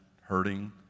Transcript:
hurting